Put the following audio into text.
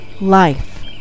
life